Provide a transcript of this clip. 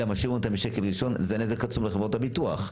משאירים אותם משקל ראשון זה נזק עצום לחברות הביטוח.